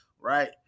right